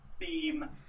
theme